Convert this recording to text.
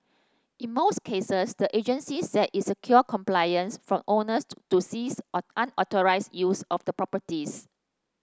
in most cases the agency said it secured compliance from owners to cease unauthorised use of the properties